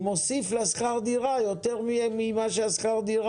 מוסיף יותר עלות לשכר הדירה מכפי שהוא.